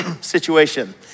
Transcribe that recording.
situation